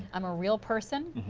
um a real person,